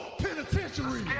penitentiary